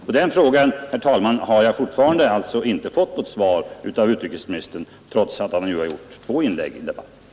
På den frågan har jag, herr talman, alltså fortfarande inte fått något svar av utrikesministern trots att han nu har gjort två inlägg i debatten.